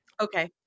Okay